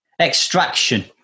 Extraction